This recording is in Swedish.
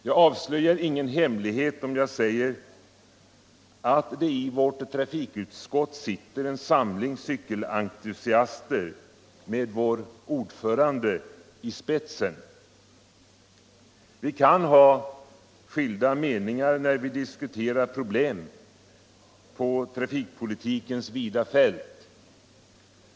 Jag avslöjar ingen hemlighet om jag säger att det i vårt trafikutskott sitter en samling cykelentusiaster med vår ordförande i spetsen. Vi kan ha skilda meningar när vi diskuterar problem på trafikpolitikens vida fält.